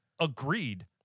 agreed